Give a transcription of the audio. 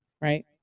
right